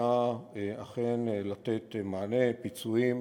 שתכליתה אכן לתת מענה, פיצויים